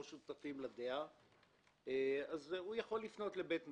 שותפים לדעה אז הוא יכול לפנות לבית המשפט.